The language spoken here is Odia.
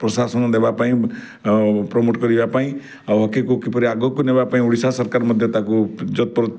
ପ୍ରଶାସନ ଦେବା ପାଇଁ ପ୍ରମୋଟ୍ କରିବା ପାଇଁ ଆଉ ହକିକୁ କିପରି ଆଗକୁ ନେବା ପାଇଁ ଓଡ଼ିଶା ସରକାର ମଧ୍ୟ ତାକୁ